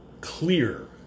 clear